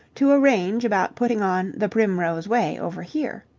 to arrange about putting on the primrose way over here.